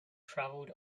traveled